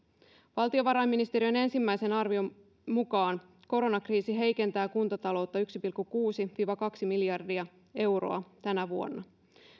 valtiovarainministeriön ensimmäisen arvion mukaan koronakriisi heikentää kuntataloutta yksi pilkku kuusi viiva kaksi miljardia euroa tänä vuonna